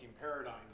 paradigms